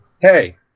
hey